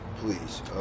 Please